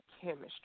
chemistry